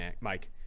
Mike